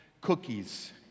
cookies